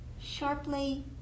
sharply